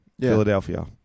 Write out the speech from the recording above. Philadelphia